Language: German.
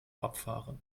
abfahren